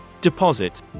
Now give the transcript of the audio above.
deposit